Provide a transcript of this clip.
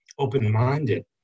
Open-minded